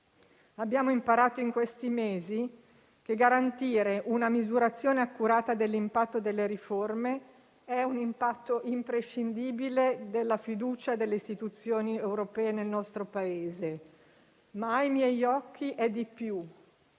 Abbiamo imparato in questi mesi che garantire una misurazione accurata dell'impatto delle riforme è imprescindibile per la fiducia delle istituzioni europee nel nostro Paese, ma ai miei occhi è di più: